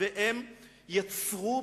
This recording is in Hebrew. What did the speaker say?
והם יצרו,